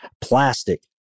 plastic